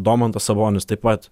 domantas sabonis taip pat